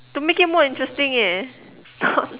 to make it more interesting leh